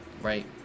right